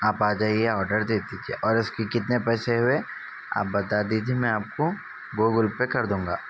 آپ آ جائیے آڈر دے دیجیے اور اس کی کتنے پیسے ہوئے آپ بتا دیجیے میں آپ کو گوگل پے کر دوں گا